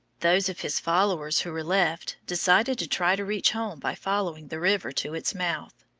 those of his followers who were left decided to try to reach home by following the river to its mouth.